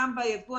מע"מ מהייבוא,